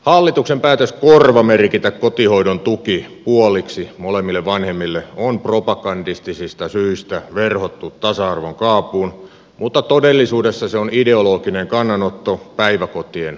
hallituksen päätös korvamerkitä kotihoidon tuki puoliksi molemmille vanhemmille on propagandistisista syistä verhottu tasa arvon kaapuun mutta todellisuudessa se on ideologinen kannanotto päiväkotien paremmuuden puolesta